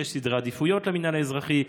שיש סדרי עדיפויות למינהל האזרחי,